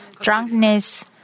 drunkenness